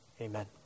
Amen